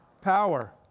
power